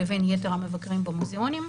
לבין יתר המבקרים במוזיאונים,